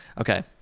Okay